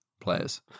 players